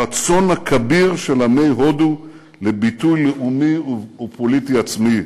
הרצון הכביר של עמי הודו לביטוי לאומי ופוליטי עצמי.